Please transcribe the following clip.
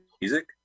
music